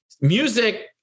music